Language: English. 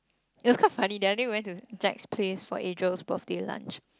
it's quite funny the other day I went to Jack's-Place for Adriel birthday lunch